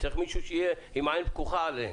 צריך שיהיה מישהו שיהיה עם עין פקוחה עליהם.